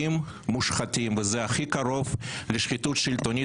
זה הכי קרוב לשחיתות שלטונית,